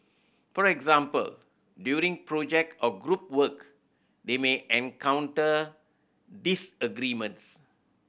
for example during project or group work they may encounter disagreements